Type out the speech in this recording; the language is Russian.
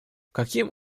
каким